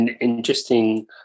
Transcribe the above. interesting